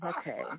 okay